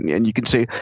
yeah and you can say,